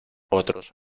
otros